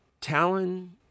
Talon